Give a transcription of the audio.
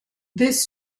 this